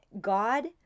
God